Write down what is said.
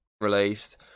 released